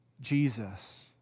Jesus